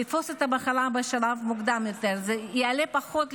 לתפוס את המחלה בשלב מוקדם יותר זה יעלה פחות למדינה.